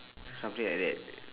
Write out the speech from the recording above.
something like that